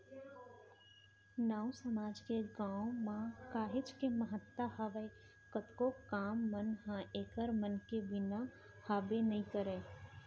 नाऊ समाज के गाँव म काहेच के महत्ता हावय कतको कन काम मन ह ऐखर मन के बिना हाबे नइ करय